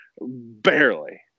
barely